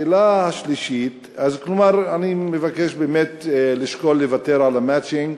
אז אני מבקש לשקול לוותר על המצ'ינג,